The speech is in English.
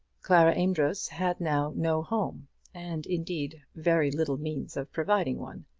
clara amedroz had now no home and, indeed, very little means of providing one.